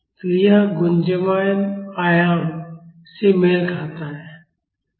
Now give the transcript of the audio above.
तो यह गुंजयमान आयाम से मेल खाता है